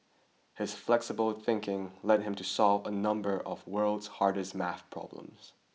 his flexible thinking led him to solve a number of world's hardest maths problems